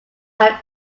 like